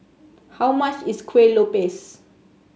how much is Kuih Lopes